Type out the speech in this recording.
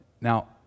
Now